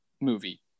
movie